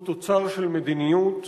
הוא תוצר של מדיניות,